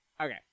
Okay